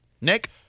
Nick